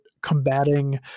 combating